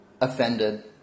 offended